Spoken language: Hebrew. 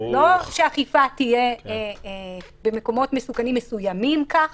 לא שהאכיפה תהיה במקומות מסוכנים מסוימים כך